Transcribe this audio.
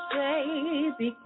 baby